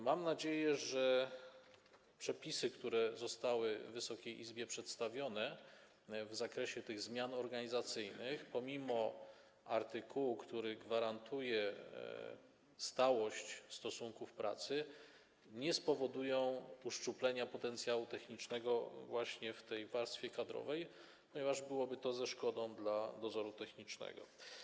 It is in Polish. Mam nadzieję, że przepisy, które zostały Wysokiej Izbie przedstawione, w zakresie tych zmian organizacyjnych pomimo artykułu, który gwarantuje stałość stosunków pracy, nie spowodują uszczuplenia potencjału technicznego właśnie w tej warstwie kadrowej, ponieważ byłoby to ze szkodą dla dozoru technicznego.